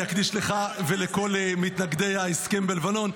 אני אקדיש לך ולכל מתנגדי ההסכם בלבנון.